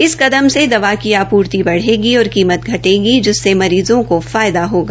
इस कदम से दवा की आपूर्ति बढ़ेगी और कीमत घटेगी जिससे मरीज़ों को फायदा होगा